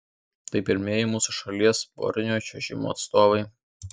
tai pirmieji mūsų šalies porinio čiuožimo atstovai